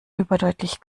überdeutlich